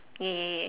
yeah yeah yeah